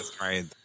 right